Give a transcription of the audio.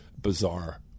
bizarre